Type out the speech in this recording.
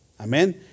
Amen